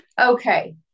Okay